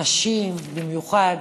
נשים במיוחד,